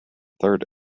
third